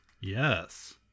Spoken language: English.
Yes